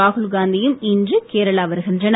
ராகுல்காந்தியும் இன்று கேரளா வருகின்றனர்